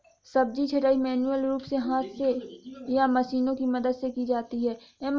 सब्जी छँटाई मैन्युअल रूप से हाथ से या मशीनों की मदद से की जाती है